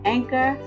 Anchor